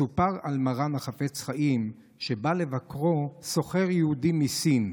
מסופר על מרן החפץ חיים שבא לבקרו סוחר יהודי מסין,